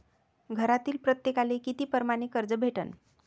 घरातील प्रत्येकाले किती परमाने कर्ज भेटन?